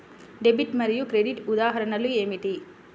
Debit మరియు credit ఉదాహరణలు ఏమిటీ?